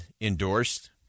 endorsed